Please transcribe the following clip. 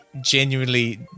genuinely